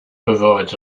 provides